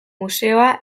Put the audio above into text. museoa